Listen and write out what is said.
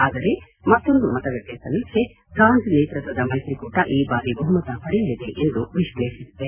ಆದರೆ ಮತ್ತೊಂದು ಮತಗಟ್ಟೆ ಸಮೀಕ್ಷೆ ಗಾಂಜ್ ನೇತೃತ್ವದ ಮೈತ್ರಿಕೂಟ ಈ ಬಾರಿ ಬಹುಮತ ಪಡೆಯಲಿದೆ ಎಂದು ವಿಶ್ಲೇಷಿಸಿದೆ